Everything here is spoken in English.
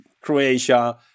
Croatia